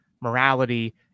morality